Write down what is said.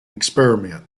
experiment